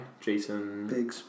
Jason